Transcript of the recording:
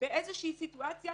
באיזושהי סיטואציה